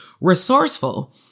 Resourceful